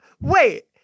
Wait